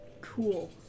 Cool